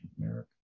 America